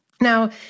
now